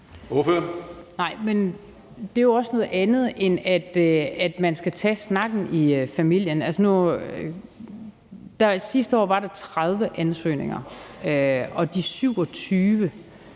det er jo også noget andet, end at man skal tage snakken i familien. Sidste år var der 30 ansøgninger, og i